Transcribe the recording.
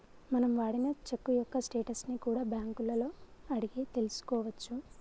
మనం వాడిన చెక్కు యొక్క స్టేటస్ ని కూడా బ్యేంకులలో అడిగి తెల్సుకోవచ్చు